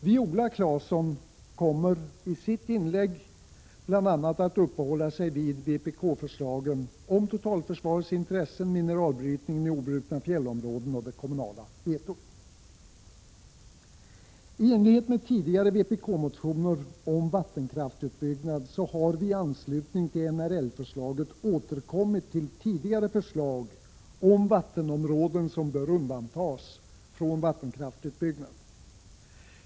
Viola Claesson kommer i sitt inlägg bl.a. att uppehålla sig vid vpk-förslagen om totalförsvaretsintressen, mineralbrytning i obrutna fjällområden och det kommunala vetot. I enlighet med tidigare vpk-motioner om vattenkraftsutbyggnad har vi i anslutning till NRL-förslaget återkommit till tidigare förslag om vattenområden som bör undantas från vattenkraftsutbyggnad.